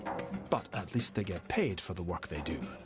but at least they get paid for the work they do.